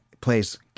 plays